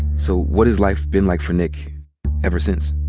so what has life been like for nick ever since?